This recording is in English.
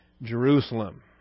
Jerusalem